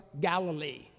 Galilee